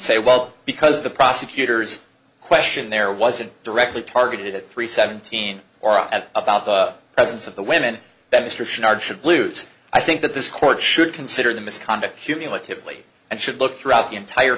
say well because the prosecutors question there wasn't directly targeted at three seventeen or at about the presence of the women that mr sharp should lutes i think that this court should consider the misconduct cumulatively and should look throughout the entire